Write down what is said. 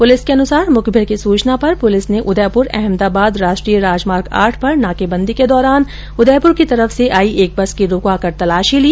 police के अनुसार मुखबीर की सूचना पर पुलिस ने उदयपुर अहमदाबाद राष्ट्रीय राजमार्ग आठ पर नाकेबंदी के दौरान उदयपुर की तरफ से आई एक बस को रुकवाकर तलाशी ली